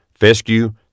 fescue